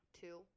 Two